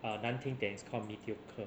uh 难听一点 it's called mediocre